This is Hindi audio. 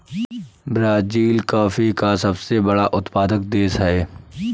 ब्राज़ील कॉफी का सबसे बड़ा उत्पादक देश है